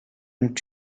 und